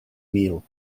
meal